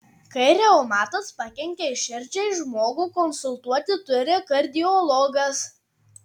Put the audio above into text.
kai reumatas pakenkia širdžiai žmogų konsultuoti turi kardiologas